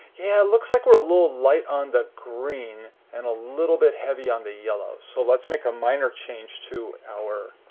yeah, it looks like we're a little light on the green and a little heavy on the yellow. so let's make a minor change to our